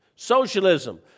Socialism